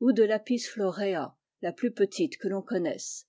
ou de vapis floreuf la plus petite que ton connaisse